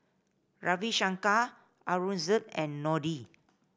Ravi Shankar Aurangzeb and Dhoni